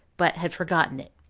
but had forgotten it.